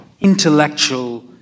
intellectual